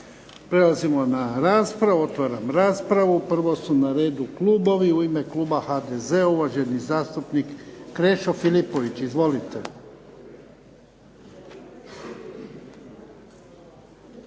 Prelazimo na raspravu, otvaram raspravu. Prvo su na redu klubovi. U ime kluba HDZ-a uvaženi zastupnik Krešo Filipović. Izvolite.